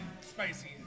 spicy